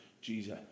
Jesus